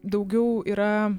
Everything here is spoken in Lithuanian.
daugiau yra